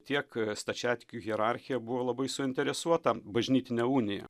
tiek stačiatikių hierarchija buvo labai suinteresuota bažnytine unija